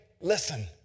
Listen